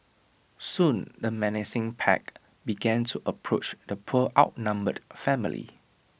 soon the menacing pack began to approach the poor outnumbered family